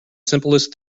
simplest